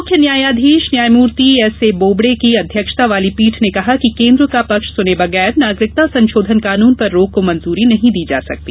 मुख्य न्यायधीश न्यायमूर्ति एसए बोबड़े की अध्यक्षता वाली पीठ ने कहा कि केन्द्र का पक्ष सुने बगैर नागरिकता संशोधन कानून पर रोक को मंजूरी नहीं दी जा सकती